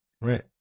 right